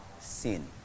sin